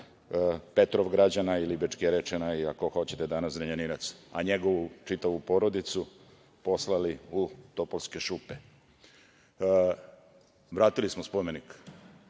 Petrovgrađana ili Bečkerečkana i ako hoćete danas Zrenjaninaca, a njegovu čitavu porodicu poslali u „Topovske šupe“.Vratili smo spomenik